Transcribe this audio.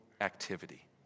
activity